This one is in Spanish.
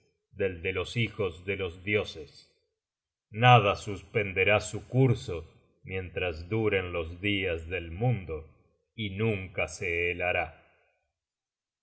de los hijos de los dioses nada suspenderá su curso mientras duren los dias del mundo y nunca se